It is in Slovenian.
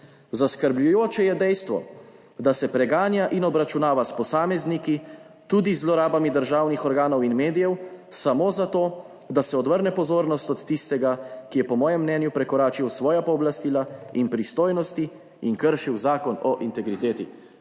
Zaskrbljujoče je dejstvo, da se preganja in obračunava s posamezniki, tudi z zlorabami državnih organov in medijev, samo zato, da se odvrne pozornost od tistega, ki je, po mojem mnenju, prekoračil svoja pooblastila in pristojnosti in kršil Zakon o integriteti.«